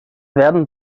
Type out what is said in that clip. werden